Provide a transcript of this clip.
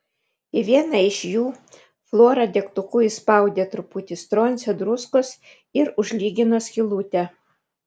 į vieną iš jų flora degtuku įspaudė truputį stroncio druskos ir užlygino skylutę